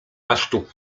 masztu